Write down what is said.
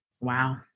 Wow